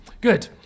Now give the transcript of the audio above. Good